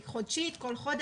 היא חודשית, כל חודש,